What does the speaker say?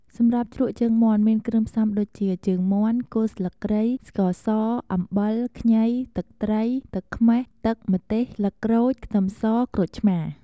សម្រាប់ជ្រក់ជើងមាន់មានគ្រឿងផ្សំដូចជា ជើងមាន់ គល់ស្លឹកគ្រៃ ស្ករស អំបិល ខ្ញី ទឹកត្រី ទឹកខ្មេះ ទឹក ម្ទេស ស្លឹកក្រូច ខ្ទឹមស ក្រូចឆ្មា។